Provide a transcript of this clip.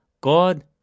god